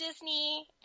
Disney